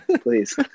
please